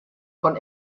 von